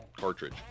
cartridge